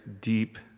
deep